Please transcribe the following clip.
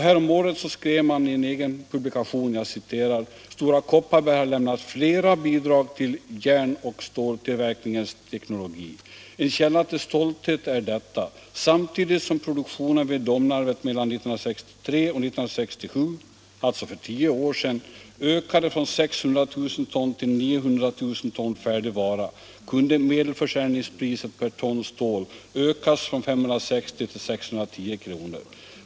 Häromåret skrev Om åtgärder för att man i en egen publikation: ”Stora Kopparberg har lämnat flera bidrag säkra sysselsätttill järn och ståltillverkningens teknologi. —-—-—- En källa till stolthet är — ningen inom detta: Samtidigt som produktionen vid Domnarvet mellan 1963 och 1967 — järn och stål ökade från 600 000 ton till 900 000 ton färdigvara, — industrin kunde medelförsäljningspriset per ton stål ökas från 560 till 610 kronor.